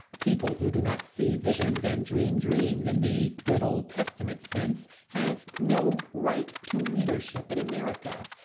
people who do not see visions and dream dreams in the good old testament sense have no right to leadership in america.